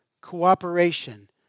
cooperation